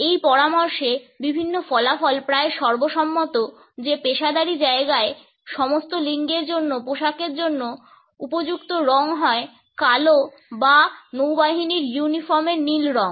এই পরামর্শে বিভিন্ন ফলাফল প্রায় সর্বসম্মত যে পেশাদারী জায়গায় সমস্ত লিঙ্গের জন্য পোশাকের জন্য উপযুক্ত রঙ হয় কালো বা নৌবাহিনীর ইউনিফর্মের নীল রং